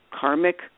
karmic